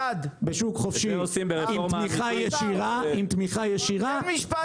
יש 30 ו-40 אחוזים ירידה בצריכת ירקות ופירות.